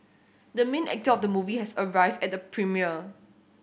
the main actor of the movie has arrived at the premiere